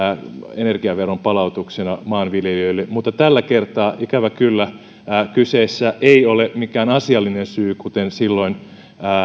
energiaveron palautuksena maanviljelijöille mutta tällä kertaa ikävä kyllä kyseessä ei ole mikään asiallinen syy kuten silloin